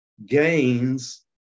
Gains